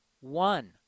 One